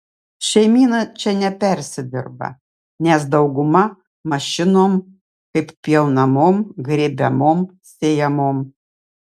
šeimyna čia nepersidirba nes dauguma mašinom kaip pjaunamom grėbiamom sėjamom